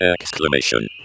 Exclamation